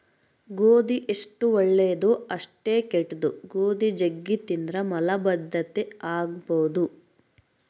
ಗೋಧಿ ಎಷ್ಟು ಒಳ್ಳೆದೊ ಅಷ್ಟೇ ಕೆಟ್ದು, ಗೋಧಿ ಜಗ್ಗಿ ತಿಂದ್ರ ಮಲಬದ್ಧತೆ ಆಗಬೊದು